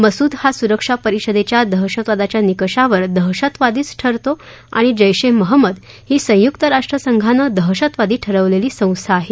मसूद हा सुरक्षा परिषदेच्या दहशतवादाच्या निकषावर दहशतवादीच ठरतो आणि जैश ए महम्मद ही संयुक्त राष्ट्रसंघानं दहशतवादी ठरवलेली संस्था आहे